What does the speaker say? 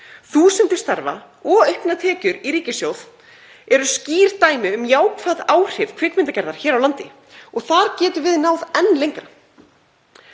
Þúsundir starfa og auknar tekjur í ríkissjóð eru skýr dæmi um jákvæð áhrif kvikmyndagerðar hér á landi og þar getum við náð enn lengra.